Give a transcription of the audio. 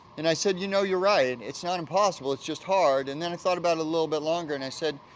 and i said, you know, you're right. it's not impossible, it's just hard, and then i thought about it a little bit longer and i said,